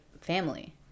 family